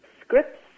scripts